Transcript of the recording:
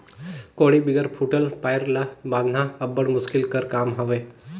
कोड़ी बिगर फूटल पाएर ल बाधना अब्बड़ मुसकिल कर काम हवे